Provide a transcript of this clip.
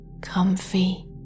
comfy